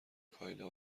کایلا